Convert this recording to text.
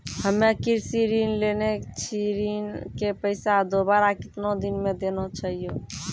हम्मे कृषि ऋण लेने छी ऋण के पैसा दोबारा कितना दिन मे देना छै यो?